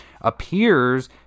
appears